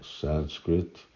Sanskrit